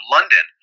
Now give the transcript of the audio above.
London